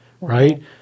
right